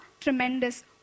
tremendous